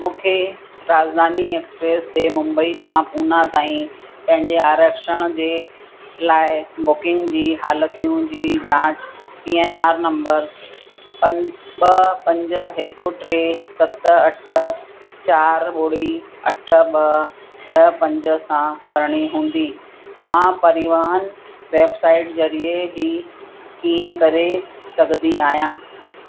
मूंखे राजधानी एक्सप्रेस ते मुम्बई खां पूना ताईं पंहिंजे आरक्षण जे लाइ बुकिंग जी हालतियूं जी जांच पीएनआर नम्बर पं ॿ पंज हिकु टे सत अठ चारि ॿुड़ी अठ ॿ छह पंज सां करिणी हूंदी मां परिवहन वेबसाइट ज़रिए हीअं कीअं करे सघंदी आहियां